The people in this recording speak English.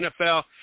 NFL